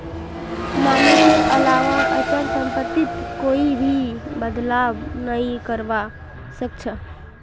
मालिकेर अलावा अचल सम्पत्तित कोई भी बदलाव नइ करवा सख छ